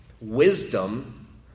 Wisdom